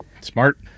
Smart